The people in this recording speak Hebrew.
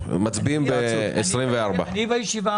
אני בודק.